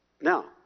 Now